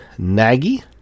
Nagi